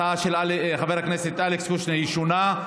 ההצעה של חבר הכנסת אלכס קושניר היא שונה,